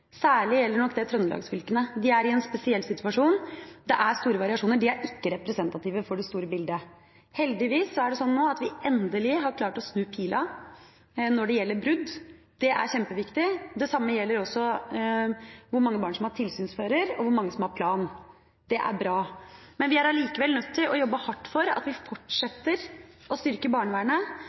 særlig gjelder nok det trøndelagsfylket. De er i en spesiell situasjon, det er store variasjoner, og de er ikke representative for det store bildet. Heldigvis har vi endelig klart å snu pila når det gjelder brudd – det er kjempeviktig. Det samme gjelder også hvor mange barn som har tilsynsfører og hvor mange som har plan. Det er bra. Men vi er likevel nødt til å jobbe hardt for å fortsette å styrke barnevernet